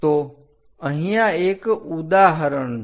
તો અહીંયા એક ઉદાહરણ છે